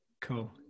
Cool